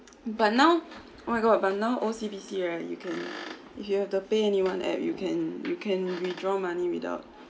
but now oh my god but now O_C_B_C right you can if you have to pay anyone app~ you can you can withdraw money without